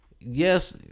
yes